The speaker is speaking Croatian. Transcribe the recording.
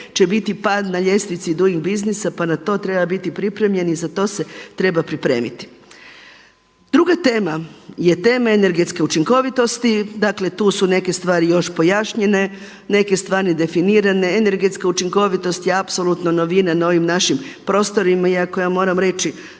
će biti pad na ljestvici Doing Businessa pa na to treba biti pripremljen i za to se treba pripremiti. Druga tema je tema energetske učinkovitosti. Dakle, tu su neke stvari još pojašnjene, neke stvari definirane. Energetska učinkovitost je apsolutno novina na ovim našim prostorima, iako ja moram reći